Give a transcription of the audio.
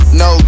no